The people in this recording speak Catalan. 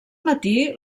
matí